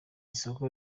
isoko